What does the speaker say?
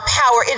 power